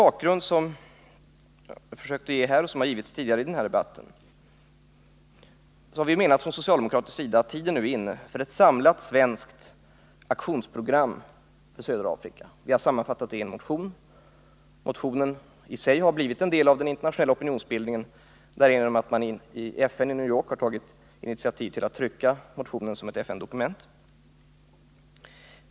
Från socialdemokratisk sida menar vi att tiden nu är inne för en samlad svensk aktionsplan mot Sydafrika. Vi har i en motion angivit vad vi anser att planen bör omfatta. Motionen i sig har blivit en del i den internationella opinionsbildningen, eftersom FN har tagit initiativ till att trycka motionen som ett FN-dokument.